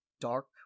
dark